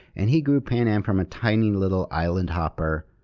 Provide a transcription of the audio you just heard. and he grew pan am from a tiny, little island hopper,